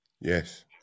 yes